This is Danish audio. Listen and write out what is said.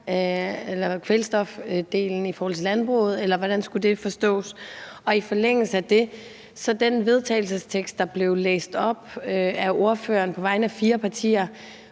tale om kvælstofdelen i forhold til landbruget, eller hvordan skulle det forstås? I forlængelse af det vil jeg spørge til den vedtagelsestekst, der blev læst op af ordføreren på vegne af fire partier,